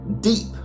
deep